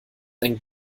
ein